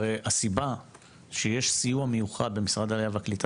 הסיבה שיש סיוע מיוחד למשרד העלייה והקליטה